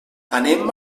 anem